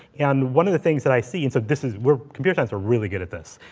and one of the things that i see, and so this is where, computer scientists are really good at this.